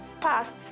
past